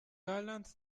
gallant